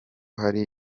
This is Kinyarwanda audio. hari